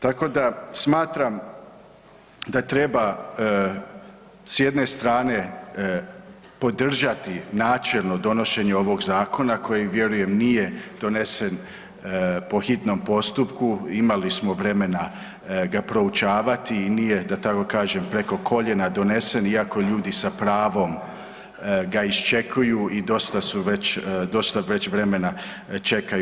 Tako da smatram da treba s jedne strane podržati načelno donošenje ovog zakona kojeg vjerujem nije donesen po hitnom postupku, imali smo vremena ga proučavati i nije da tako kažem preko koljena donesen iako ljudi s pravom ga iščekuju i dosta već vremena čekaju.